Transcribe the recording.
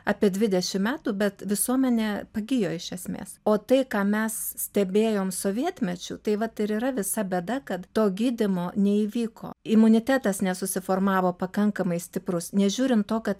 apie dvidešimt metų bet visuomenė pagijo iš esmės o tai ką mes stebėjom sovietmečiu tai vat ir yra visa bėda kad to gydymo neįvyko imunitetas nesusiformavo pakankamai stiprus nežiūrint to kad